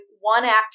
one-act